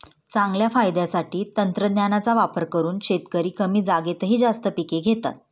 चांगल्या फायद्यासाठी तंत्रज्ञानाचा वापर करून शेतकरी कमी जागेतही जास्त पिके घेतात